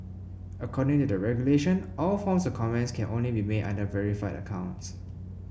according to the regulation all forms of comments can only be made under verified accounts